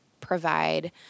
provide